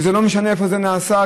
וזה לא משנה איפה זה נעשה,